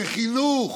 מחינוך,